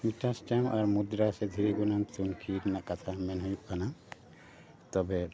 metre system ᱟᱨ ᱢᱩᱫᱨᱟ ᱫᱷᱤᱨᱤ ᱜᱩᱱᱟᱱ ᱛᱩᱱᱠᱷᱤ ᱨᱮᱱᱟᱜ ᱠᱟᱛᱷᱟ ᱢᱮᱱ ᱦᱩᱭᱩᱜ ᱠᱟᱱᱟ ᱛᱚᱵᱮ